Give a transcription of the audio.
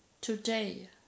today